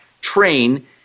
train